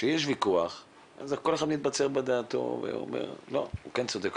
כשיש ויכוח כל אחד מתבצר בדעתו ואומר 'כן צודק,